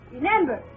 Remember